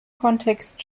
kontext